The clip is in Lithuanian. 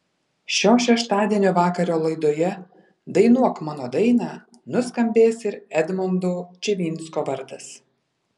šio šeštadienio vakaro laidoje dainuok mano dainą nuskambės ir edmondo čivinsko vardas